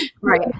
right